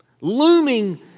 Looming